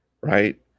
Right